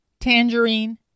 tangerine